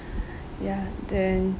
ya then